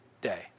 day